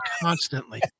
constantly